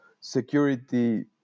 security